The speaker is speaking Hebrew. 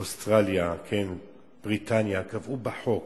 אוסטרליה, בריטניה, קבעו בחוק